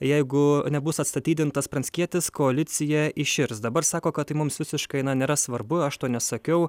jeigu nebus atstatydintas pranckietis koalicija iširs dabar sako kad tai mums visiškai na nėra svarbu aš to nesakiau